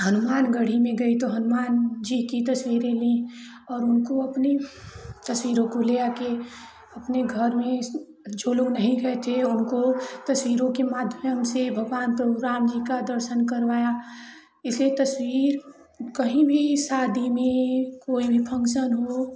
हनुमान गढ़ी में गई तो हनुमान जी की तस्वीरें ली और उनको अपनी तस्वीरों को ले आ के अपने घर में जो लोग नहीं गए थे उनको तस्वीरों के माध्यम से भगवान प्रभु राम का दर्शन करवाया इसे तस्वीर कहीं भी शादी में कोई भी फंग्शन हो